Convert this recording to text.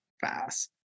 fast